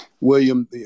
William